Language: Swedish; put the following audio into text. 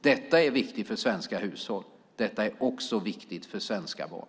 Detta är viktigt för svenska hushåll. Detta är också viktigt för svenska barn.